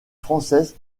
française